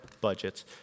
budgets